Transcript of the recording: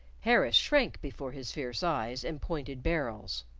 harris shrank before his fierce eyes and pointed barrels.